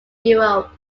europe